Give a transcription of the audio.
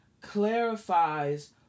clarifies